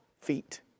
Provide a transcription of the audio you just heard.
feet